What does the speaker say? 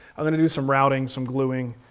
i'm gonna do some routing, some gluing.